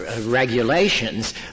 regulations